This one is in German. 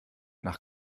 nach